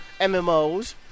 MMOs